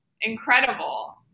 incredible